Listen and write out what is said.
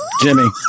Jimmy